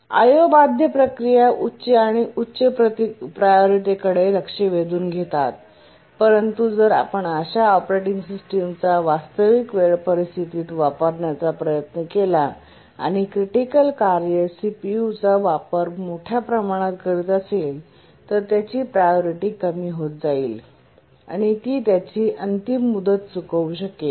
I O बाध्य प्रक्रिया उच्च आणि उच्च प्रायोरिटी कडे लक्ष वेधून घेतात परंतु जर आपण अशा ऑपरेटिंग सिस्टमचा वास्तविक वेळ परिस्थितीत वापरण्याचा प्रयत्न केला आणि क्रिटिकल कार्य सीपीयूचा वापर मोठ्या प्रमाणात करीत असेल तर त्याची प्रायोरिटी कमी होत जाईल आणि ती त्याची अंतिम मुदत चुकवू शकते